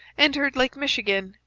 entered lake michigan,